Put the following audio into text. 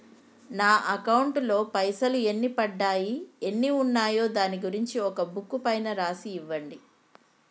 నా అకౌంట్ లో పైసలు ఎన్ని పడ్డాయి ఎన్ని ఉన్నాయో దాని గురించి ఒక బుక్కు పైన రాసి ఇవ్వండి?